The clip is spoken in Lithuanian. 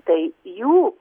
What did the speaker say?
tai jų